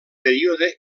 període